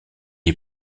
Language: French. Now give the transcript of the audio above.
est